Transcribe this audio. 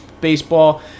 baseball